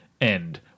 end